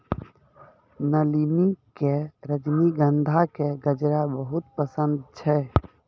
नलिनी कॅ रजनीगंधा के गजरा बहुत पसंद छै